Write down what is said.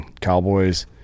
Cowboys